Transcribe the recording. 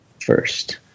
first